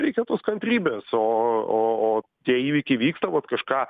reikia tos kantrybės o o o tie įvykiai vyksta vat kažką